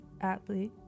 athlete